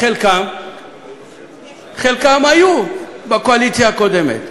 חלקן היו בקואליציה הקודמת,